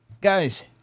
guys